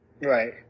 Right